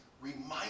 remind